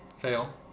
Fail